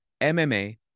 MMA